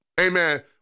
amen